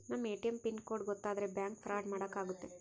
ನಮ್ ATM pin code ಗೊತ್ತಾದ್ರೆ bank fraud ಮಾಡಾಕ ಆಗುತ್ತೆ